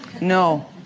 No